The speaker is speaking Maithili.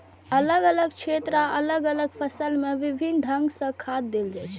अलग अलग क्षेत्र आ अलग अलग फसल मे विभिन्न ढंग सं खाद देल जाइ छै